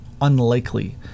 unlikely